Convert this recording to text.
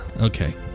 Okay